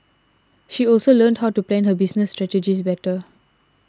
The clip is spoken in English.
she also learned how to plan her business strategies better